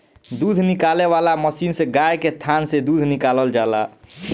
दूध निकाले वाला मशीन से गाय के थान से दूध निकालल जाला